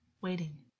waiting